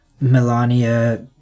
Melania